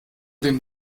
den